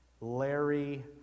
Larry